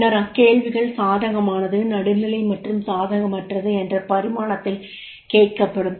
பின்னர் அக்கேள்விகள் சாதகமானது நடுநிலை மற்றும் சாதகமற்றது என்ற பரிமாணத்தில் கேட்கப்படும்